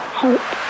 hope